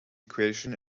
equation